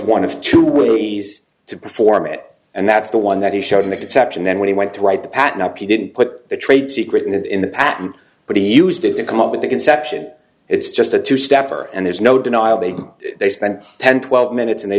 one of two ways to perform it and that's the one that he showed in the conception then when he went to write the patent up he didn't put the trade secret in it in the patent but he used it to come up with the conception it's just a two step or and there's no denial that they spent ten twelve minutes and they